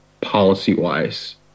policy-wise